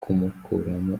kumukuramo